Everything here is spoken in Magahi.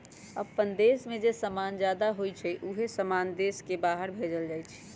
अप्पन देश में जे समान जादा होई छई उहे समान देश के बाहर भेजल जाई छई